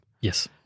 Yes